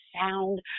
sound